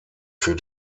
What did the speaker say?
für